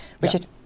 Richard